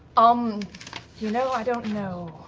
um you know, i don't know.